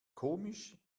komisch